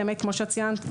כמו שציינת,